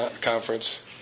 conference